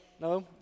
No